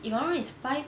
if I'm not wrong is five